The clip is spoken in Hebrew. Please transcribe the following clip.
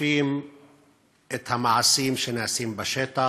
חופפים את המעשים שנעשים בשטח.